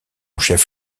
chef